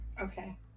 Okay